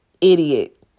idiot